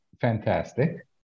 fantastic